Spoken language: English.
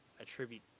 attribute